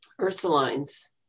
Ursulines